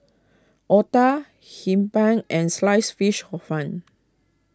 Otah Hee Pan and Sliced Fish Hor Fun